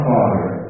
Father